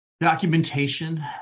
Documentation